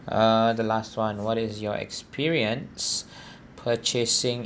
uh the last [one] what is your experience purchasing